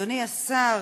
אדוני השר,